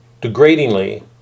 degradingly